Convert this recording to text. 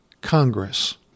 Congress